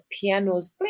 pianos